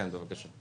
בבקשה.